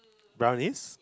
brownies